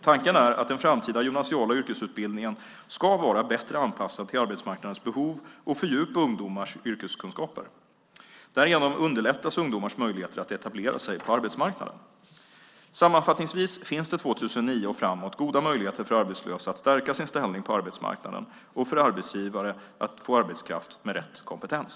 Tanken är att den framtida gymnasiala yrkesutbildningen ska vara bättre anpassad till arbetsmarknadens behov och fördjupa ungdomarnas yrkeskunskaper. Därigenom underlättas ungdomars möjligheter att etablera sig på arbetsmarknaden. Sammanfattningsvis finns det 2009 och framåt goda möjligheter för arbetslösa att stärka sin ställning på arbetsmarknaden och för arbetsgivare att få arbetskraft med rätt kompetens.